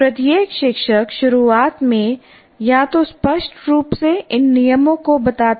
प्रत्येक शिक्षक शुरुआत में या तो स्पष्ट रूप से इन नियमों को बताता है